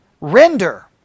render